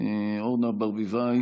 נגיף הקורונה החדש)